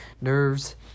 nerves